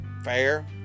fair